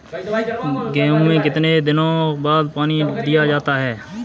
गेहूँ में कितने दिनों बाद पानी दिया जाता है?